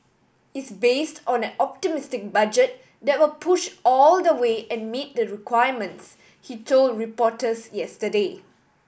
is based on an optimistic budget that will push all the way and meet the requirements he told reporters yesterday